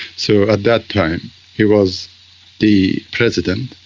so at that time he was the president,